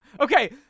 Okay